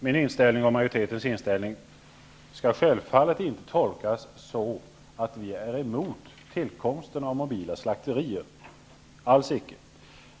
Min och majoritetens inställning skall självfallet inte tolkas så, att vi är emot tillkomsten av mobila slakterier. Det är vi alls icke.